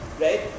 right